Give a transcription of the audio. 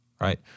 right